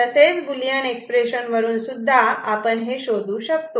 तसेच boolean expression वरून सुद्धा आपण हे शोधू शकतो